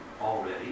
already